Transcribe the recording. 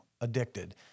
addicted